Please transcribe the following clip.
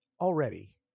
already